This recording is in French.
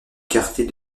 quartier